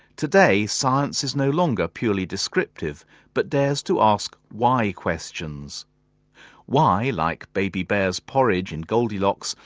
today science is no longer purely descriptive but dares to ask why questions why, like baby bear's porridge in goldilocks,